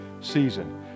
season